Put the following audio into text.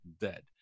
dead